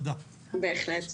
בהחלט.